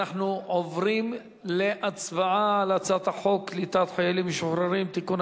אנחנו עוברים להצבעה על הצעת חוק קליטת חיילים משוחררים (תיקון,